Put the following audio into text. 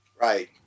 Right